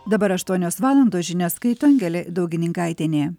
dabar aštuonios valandos žinias skaito angelė daugininkaitienė